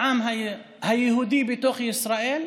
לעם היהודי בתוך ישראל,